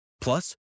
Plus